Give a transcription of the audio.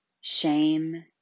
shame